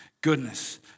goodness